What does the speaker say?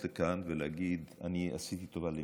לכאן ולהגיד: אני עשיתי טובה למישהו.